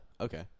Okay